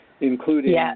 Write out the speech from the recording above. including